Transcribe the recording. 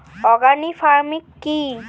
Organic farming কি?